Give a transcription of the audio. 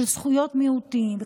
זכויות מיעוטים.